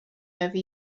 over